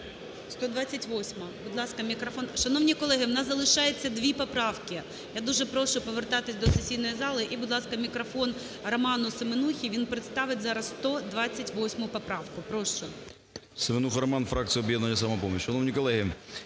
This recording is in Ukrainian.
128-а. Будь ласка, мікрофон… Шановні колеги, у нас залишається дві поправки, я дуже прошу повертатися до сесійної зали. І, будь ласка, мікрофон Роману Семенусі, він представить зараз 128 поправку, прошу. 10:18:34 СЕМЕНУХА Р.С. Семенуха Роман, фракція "Об'єднання "Самопоміч". Шановні колеги,